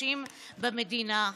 החדשים במדינה.